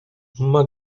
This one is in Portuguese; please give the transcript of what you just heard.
uma